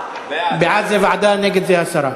בעד, לוועדה, נגד, להסרה.